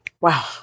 Wow